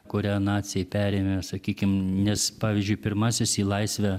kurią naciai perėmė sakykime nes pavyzdžiui pirmasis į laisvę